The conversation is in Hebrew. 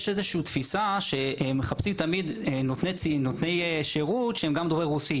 יש איזושהי תפיסה שתמיד מחפשים נותני שירות שהם גם דוברי רוסית,